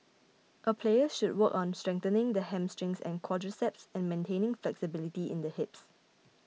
a player should work on strengthening the hamstring and quadriceps and maintaining flexibility in the hips